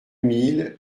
mille